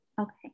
Okay